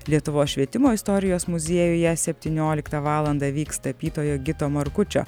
lietuvos švietimo istorijos muziejuje septynioliktą valandą vyks tapytojo gito markučio